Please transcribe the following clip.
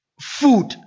food